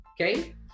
Okay